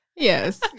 Yes